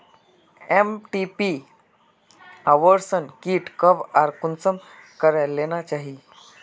MTP abortion kit कब आर कुंसम करे लेना चही?